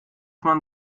man